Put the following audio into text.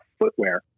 footwear